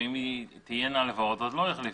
ואם תהיינה הלוואות אז לא יחליפו.